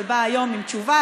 אבל בא היום עם תשובה,